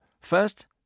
First